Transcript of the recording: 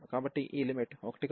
కాబట్టి ఈ లిమిట్ 1 గా వస్తోంది